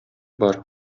бар